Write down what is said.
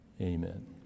Amen